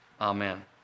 Amen